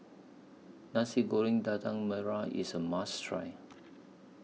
Nasi Goreng Daging Merah IS A must Try